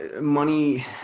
money